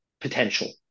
potential